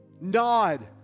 Nod